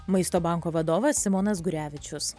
maisto banko vadovas simonas gurevičius